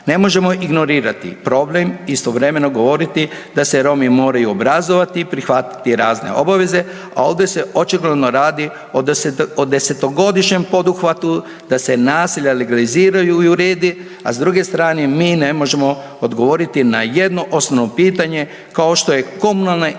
Ne možemo ignorirati problem i istovremeno govoriti da se Romi moraju obrazovati i prihvatiti razne obaveze, a ovdje se očigledno radi od 10-to godišnjem poduhvatu da se naselja legaliziraju i uredi, a s druge strane mi ne možemo odgovoriti na jedno osnovno pitanje kao što je komunalna